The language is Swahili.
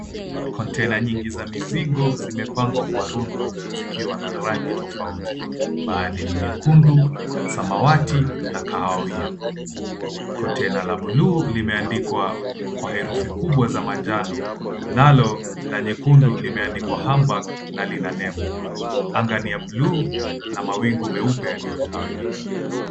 Container nyingi za mizigo zimepangwa kwa rundo zikiwa na rangi tofauti. Baadhi ni nyekundu, samawati na kahawia. Container la buluu limeandikwa kwa herufi kubwa za manjano, nalo la nyekundu limeandikwa HAMBURG na lina nembo. Anga ni ya buluu na mawingu meupe yaliyotawanyika.